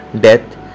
death